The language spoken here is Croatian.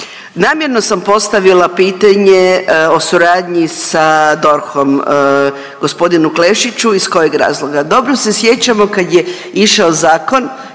Namjerno sam postavila pitanje o suradnji sa DORH-om, g. Klešiću, iz kojeg razloga? Dobro se sjećamo kad je išao zakon,